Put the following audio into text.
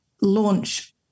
launch